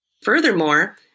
Furthermore